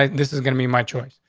this is gonna be my choice.